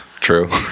True